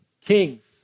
Kings